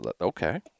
Okay